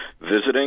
visiting